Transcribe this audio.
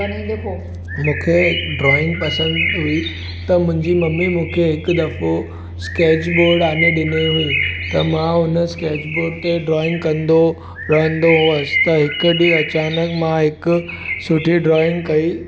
वानी लिखो मूंखे हिकु ड्राइंग पसंदि हुई त मुंहिंजी मम्मी मूंखे हिकु दफ़ो स्कैच बोर्ड आणे ॾिने हुई त मां हुन स्कैच बोर्ड ते ड्राइंग कंदो रहंदो हुउसि त हिकु ॾींहुं अचानक मां हिकु सुठी ड्राइंग कई